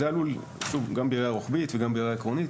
זה עלול, שוב, גם בראיה רוחבית וגם בראיה עקרונית